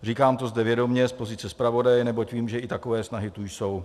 Říkám to zde vědomě z pozice zpravodaje, neboť vím, že i takové snahy tu jsou.